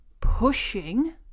pushing